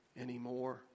anymore